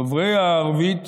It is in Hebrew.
דוברי הערבית